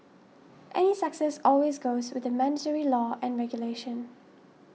any success always goes with the mandatory law and regulation